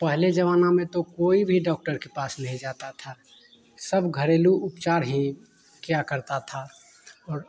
पहले ज़माना में तो कोई भी डॉक्टर के पास नहीं जाता था सब घरेलू उपचार ही किया करता था और